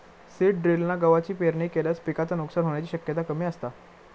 seed ड्रिलना गवाची पेरणी केल्यास पिकाचा नुकसान होण्याची शक्यता कमी असता